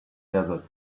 desert